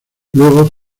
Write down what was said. luego